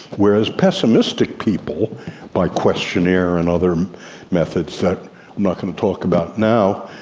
whereas pessimistic people by questionnaire and other methods that not going to talk about now,